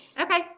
Okay